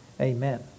Amen